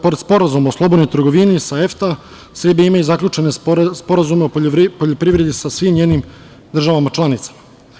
Pored Sporazuma o slobodnoj trgovini sa EFTA, Srbija ima i zaključene sporazume o poljoprivredi sa svim njenim državama članicama.